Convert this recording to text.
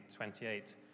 28